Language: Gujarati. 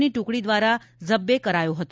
ની ટુકડી દ્વારા ઝબ્બે કરાયો હતો